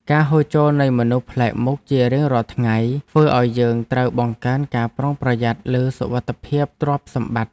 ការហូរចូលនៃមនុស្សប្លែកមុខជារៀងរាល់ថ្ងៃធ្វើឱ្យយើងត្រូវបង្កើនការប្រុងប្រយ័ត្នលើសុវត្ថិភាពទ្រព្យសម្បត្តិ។